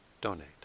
donate